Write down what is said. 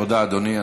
תודה, אדוני.